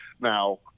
Now